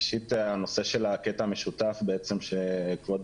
ראשית הנושא של הקטע המשותף שכבוד